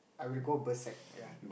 I will go berserk ya